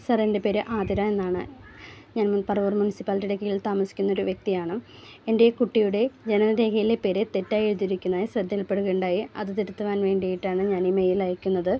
sir എൻ്റെ പേര് ആതിര എന്നാണ് ഞാൻ പറവൂർ മുനിസിപ്പാലിറ്റിയുടെ കീഴിൽ താമസിക്കുന്ന ഒരു വ്യക്തിയാണ് എൻ്റെ കുട്ടിയുടെ ജനനരേഖയിലെ പേര് തെറ്റായി എഴുതിയിരിക്കുന്നത് ശ്രദ്ധയിൽപ്പെടുകയുണ്ടായി അത് തിരുത്തുവാൻ വേണ്ടിയിട്ടാണ് ഞാൻ ഈ മെയിൽ അയക്കുന്നത്